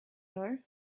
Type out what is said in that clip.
know